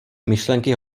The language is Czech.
myšlenky